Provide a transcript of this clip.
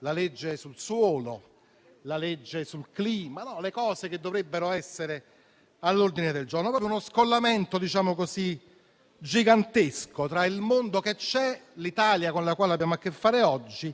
(la legge sul suolo, la legge sul clima, i temi insomma che dovrebbero essere all'ordine del giorno). C'è proprio uno scollamento gigantesco tra il mondo che c'è, l'Italia con la quale abbiamo a che fare oggi,